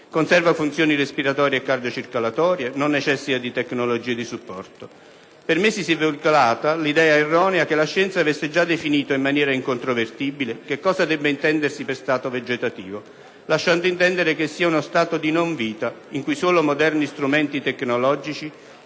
conserva funzioni respiratorie e cardiocircolatorie, non necessita di tecnologie di supporto. Per mesi si è veicolata l'idea erronea che la scienza avesse già definito in maniera incontrovertibile che cosa debba intendersi per stato vegetativo, lasciando intendere che sia uno stato di non vita, in cui solo moderni strumenti tecnologici